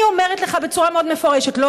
אני אומרת לך בצורה מאוד מפורשת: לא